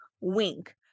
Wink